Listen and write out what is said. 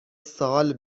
سال